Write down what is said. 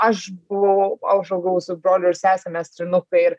aš buvau aš augau su broliu ir sese mes trynukai ir